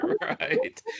right